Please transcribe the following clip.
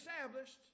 established